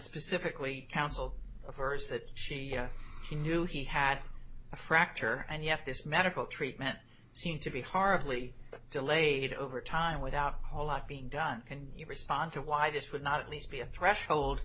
specifically counsel of hers that she she knew he had a fracture and yet this medical treatment seemed to be horribly delayed over time without a whole lot being done and you respond to why this would not at least be a threshold